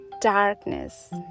darkness